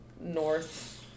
north